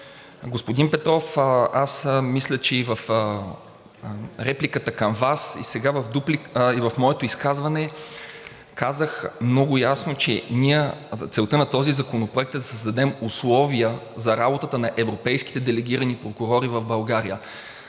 Господин Петров, аз мисля, че и в репликата към Вас, и в моето изказване казах много ясно, че целта на този законопроект е да създадем условия за работата на европейските делегирани прокурори в България.